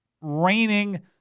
raining